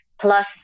Plus